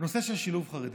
הנושא של שילוב חרדים,